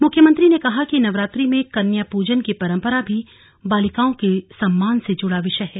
मुख्यमंत्री ने कहा कि नवरात्रि में कन्या पूजन की परम्परा भी बालिकाओं के सम्मान से जुड़ा विषय है